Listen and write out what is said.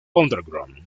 underground